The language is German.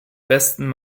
besten